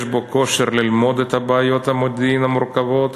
יש בו הכושר ללמוד את בעיות המודיעין המורכבות,